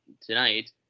tonight